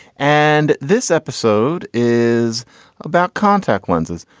and this episode is about contact lenses.